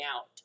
out